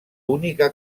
única